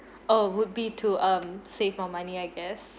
oh would be to um save more money I guess